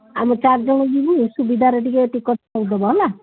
ଆମେ ଚାରି ଜଣ ଯିବୁ ସୁବିଧାରେ ଟିକିଏ ଟିକଟ୍ କରିଦେବ ହେଲା